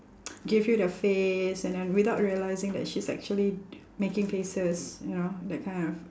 give you the face and then without realising that she's actually making faces you know that kind of